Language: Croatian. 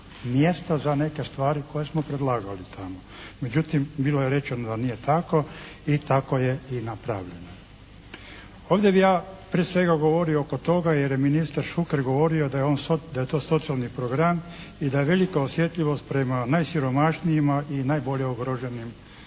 mjesta za neke stvari koje smo predlagali tamo. Međutim bilo je rečeno da nije tako i tako je i napravljeno. Ovdje bih ja prije svega govorio oko toga jer je ministar Šuker govorio da je to socijalni program i da je velika osjetljivost prema najsiromašnijima i najbolje ugroženim